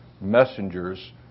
messengers